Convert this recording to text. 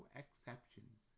exceptions